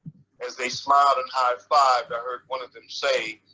as they smiled and high-fived, i heard one of them say,